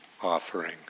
offering